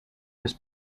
this